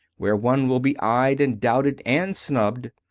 where one will be eyed and doubted and snubbed.